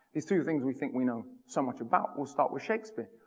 these two things we think we know so much about, we'll start with shakespeare.